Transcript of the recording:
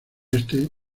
este